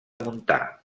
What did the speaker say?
montà